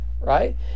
right